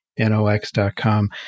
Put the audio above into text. NOx.com